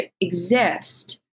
exist